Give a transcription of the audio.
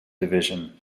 division